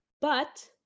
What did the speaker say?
but-